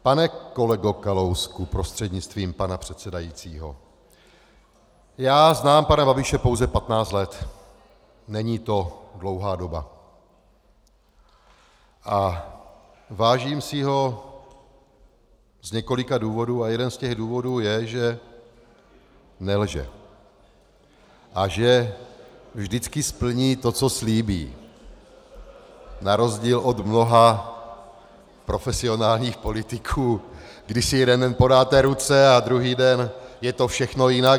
Pane kolego Kalousku prostřednictvím pana předsedajícího, já znám pana Babiše pouze patnáct let, není to dlouhá doba, a vážím si ho z několika důvodů a jeden z důvodů je, že nelže a že vždycky splní to, co slíbí, na rozdíl od mnoha profesionálních politiků, kdy si jeden den podáte ruce a druhý den je to všechno jinak.